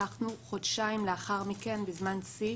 הצלחנו חודשיים לאחר מכן בזמן שיא